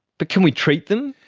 but can we treat them?